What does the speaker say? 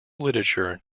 literature